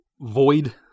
Void